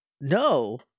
No